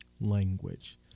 language